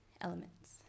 Elements